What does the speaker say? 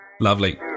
Lovely